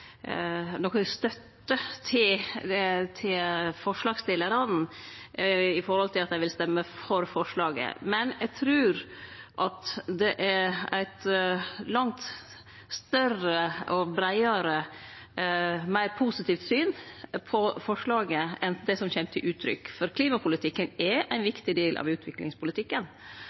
støtte til forslagsstillarane med tanke på at ein vil stemme for forslaget, men eg trur at det er eit langt større, breiare og meir positivt syn på forslaget enn det som kjem til uttrykk, for klimapolitikken er ein viktig del av utviklingspolitikken.